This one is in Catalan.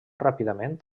ràpidament